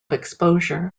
exposure